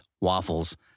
waffles